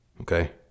okay